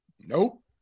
Nope